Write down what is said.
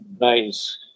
nice